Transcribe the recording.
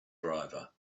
driver